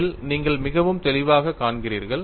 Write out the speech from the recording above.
இதில் நீங்கள் மிகவும் தெளிவாகக் காண்கிறீர்கள்